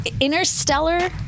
Interstellar